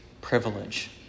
privilege